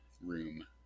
room